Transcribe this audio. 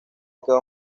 quedó